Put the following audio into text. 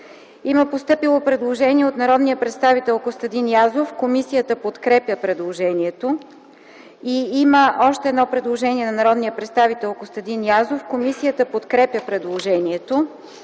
Има постъпило предложение от народния представител Костадин Язов. Комисията подкрепя предложението. Има още едно предложение на народния представител Костадин Язов. Комисията подкрепя предложението.